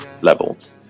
levels